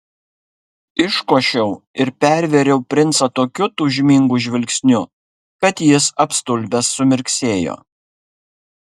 iškošiau ir pervėriau princą tokiu tūžmingu žvilgsniu kad jis apstulbęs sumirksėjo